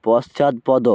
পশ্চাৎপদ